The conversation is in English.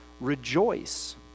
rejoice